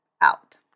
out